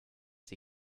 sie